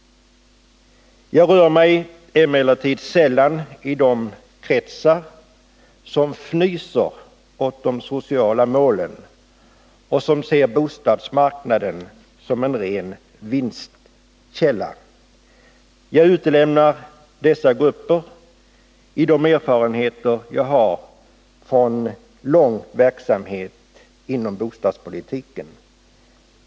Jag rör mig emellertid sällan i de kretsar som fnyser åt de sociala målen och som ser bostadsmarknaden som en ren vinstkälla. Jag utelämnar dessa grupper i de erfarenheter jag har från lång verksamhet inom bostadspolitiken.